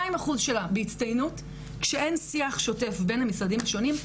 אחוז שלה בהצטיינות כשאין שיח שוטף בין המשרדים השונים,